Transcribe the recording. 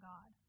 God